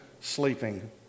sleeping